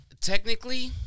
technically